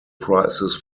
prizes